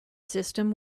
system